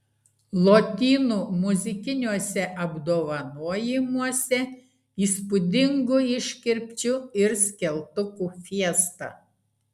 lotynų muzikiniuose apdovanojimuose įspūdingų iškirpčių ir skeltukų fiesta